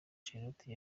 charlotte